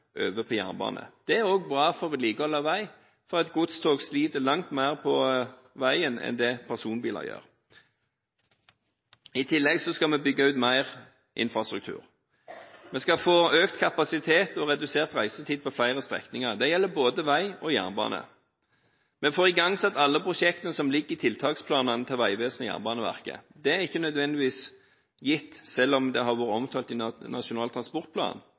over på jernbane. Dette er også bra for vedlikeholdet av vei, for et vogntog sliter langt mer på veien enn det personbiler gjør. I tillegg skal vi bygge ut mer infrastruktur. Vi skal få økt kapasitet og redusert reisetid på flere strekninger. Det gjelder både vei og jernbane. Vi får igangsatt alle prosjektene i tiltaksplanene til Vegvesenet og Jernbaneverket. Det er ikke nødvendigvis gitt, selv om det har vært omtalt i Nasjonal transportplan.